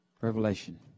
revelation